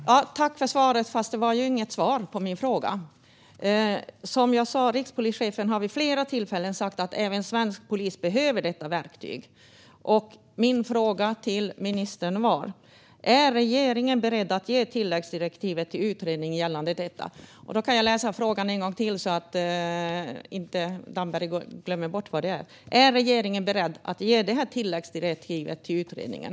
Herr talman! Jag tackar för svaret - fast det inte var ett svar på min fråga. Rikspolischefen har vid flera tillfällen sagt att även svensk polis behöver detta verktyg. Min fråga till ministern var följande: Är regeringen beredd att ge tilläggsdirektiv till utredningen? Jag kan läsa frågan en gång till så att Damberg inte glömmer bort: Är regeringen beredd att ge tilläggsdirektiv till utredningen?